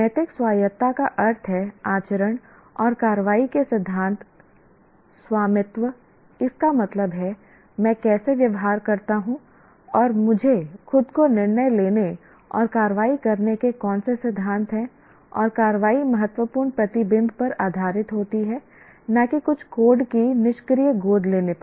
नैतिक स्वायत्तता का अर्थ है आचरण और कार्रवाई के सिद्धांत स्वामित्व इसका मतलब है मैं कैसे व्यवहार करता हूं और मुझे खुद को निर्णय लेने और कार्रवाई करने के कौन से सिद्धांत हैं और कार्रवाई महत्वपूर्ण प्रतिबिंब पर आधारित होती है न कि कुछ कोड के निष्क्रिय गोद लेने पर